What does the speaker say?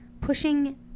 pushing